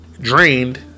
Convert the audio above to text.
drained